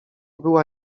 była